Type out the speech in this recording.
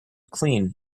clean